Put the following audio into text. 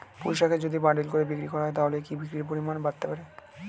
পুঁইশাকের যদি বান্ডিল করে বিক্রি করা হয় তাহলে কি বিক্রির পরিমাণ বাড়তে পারে?